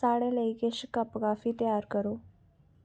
साढ़े लेई किश कप काफी त्यार करो